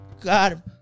God